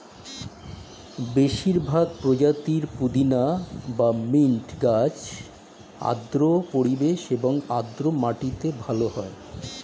বেশিরভাগ প্রজাতির পুদিনা বা মিন্ট গাছ আর্দ্র পরিবেশ এবং আর্দ্র মাটিতে ভালো হয়